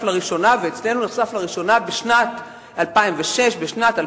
לראשונה" ו"אצלנו זה נחשף לראשונה בשנת 2006" או